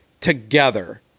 together